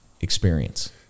experience